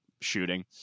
shooting